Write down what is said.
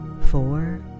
four